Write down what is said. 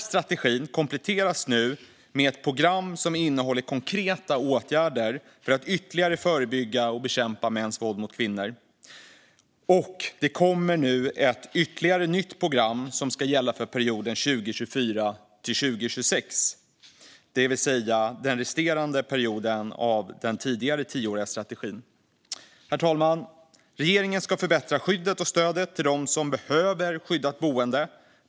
Strategin kompletteras nu med ett program som innehåller konkreta åtgärder för att ytterligare förebygga och bekämpa mäns våld mot kvinnor. Det kommer nu ett nytt program som ska gälla för perioden 2024-2026, det vill säga den resterande perioden av den tidigare tioåriga strategin. Herr talman! Regeringen ska förbättra skyddet och stödet till dem som behöver skyddat boende.